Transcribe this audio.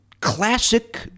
classic